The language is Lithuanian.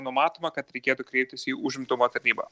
numatoma kad reikėtų kreiptis į užimtumo tarnybą